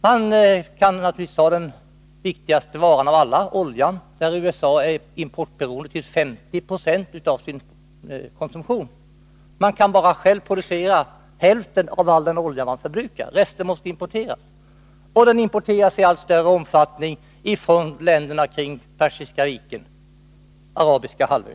Man kan som exempel ta den viktigaste varan av alla, oljan, där USA är importberoende till 50 20. Förenta staterna kan självt bara producera hälften av den olja landet förbrukar! Resten måste importeras, och den importen sker i allt större omfattning från länderna kring Persiska viken och Arabiska halvön.